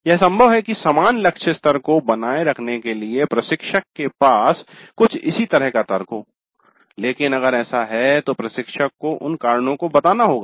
यह संभव है कि समान लक्ष्य स्तर को बनाए रखने के लिए प्रशिक्षक के पास कुछ इसी तरह का तर्क हो लेकिन अगर ऐसा है तो प्रशिक्षक को उन कारणों को बताना होगा